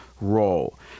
role